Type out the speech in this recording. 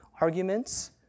arguments